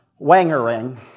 wangering